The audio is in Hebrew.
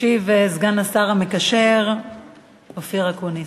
ישיב סגן השר המקשר אופיר אקוניס.